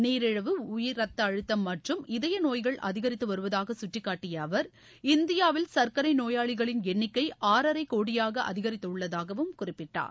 நீரிழிவு உயர் ரத்த அழுத்தம் மற்றும் இதய நோய்கள் அதிகரித்து வருவதாக கட்டிக்காட்டிய அவர் இந்தியாவில் சர்க்கரை நோயாளிகளின் எண்ணிக்கை அறரை கோடியாக அதிகரித்துள்ளதாகவும் குறிப்பிட்டார்